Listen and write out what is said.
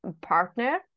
partner